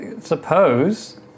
suppose